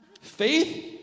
faith